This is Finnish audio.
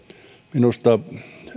minusta